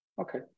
Okay